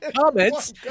comments